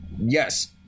yes